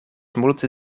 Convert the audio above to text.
multe